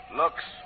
looks